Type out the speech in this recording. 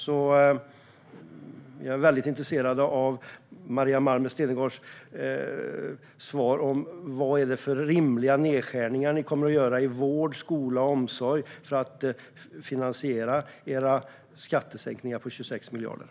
Jag är därför väldigt intresserad av Maria Malmer Stenergards svar på vad det är för rimliga nedskärningar ni kommer att göra i vård, skola och omsorg för att finansiera era skattesänkningar på 26 miljarder.